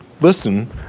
listen